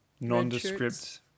nondescript